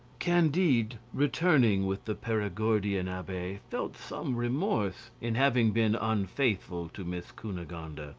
candide, returning with the perigordian abbe, felt some remorse in having been unfaithful to miss cunegonde. ah